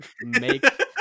make